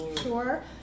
Sure